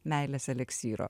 meilės eliksyro